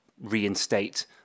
reinstate